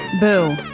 Boo